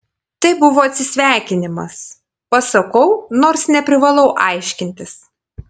tai buvo atsisveikinimas pasakau nors neprivalau aiškintis